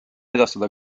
edastada